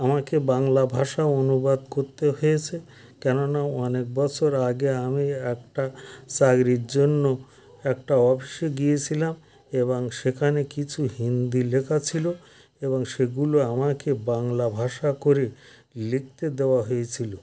আমাকে বাংলা ভাষা অনুবাদ করতে হয়েছে কেননা অনেক বছর আগে আমি একটা চাকরির জন্য একটা অফিসে গিয়েছিলাম এবং সেখানে কিছু হিন্দি লেখা ছিলো এবং সেগুলো আমাকে বাংলা ভাষা করে লিখতে দেওয়া হয়েছিলো